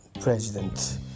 president